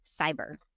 cyber